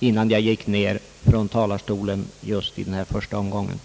innan jag går ner från talarstolen i denna första omgång.